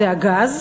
זה הגז,